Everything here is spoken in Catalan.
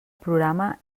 programa